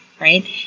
right